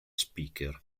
speaker